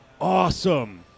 awesome